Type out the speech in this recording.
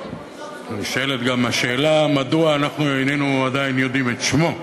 ונשאלת גם השאלה מדוע אנחנו עדיין איננו יודעים את שמו.